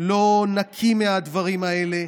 לא נקי מהדברים האלה,